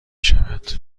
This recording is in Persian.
شود